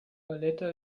valletta